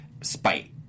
spite